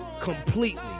completely